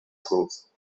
schools